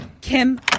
Kim